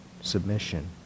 submission